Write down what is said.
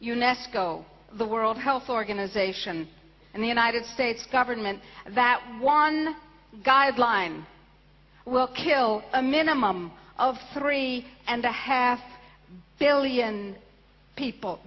unesco the world health organization and the united states government that one guideline will kill a minimum of three and a half billion people